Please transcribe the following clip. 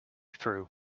through